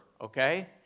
okay